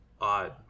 odd